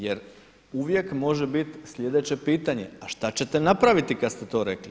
Jer uvijek može bit sljedeće pitanje a šta ćete napraviti kad ste to rekli?